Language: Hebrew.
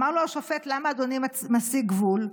אמר לו השופט: למה אדוני משיג גבול?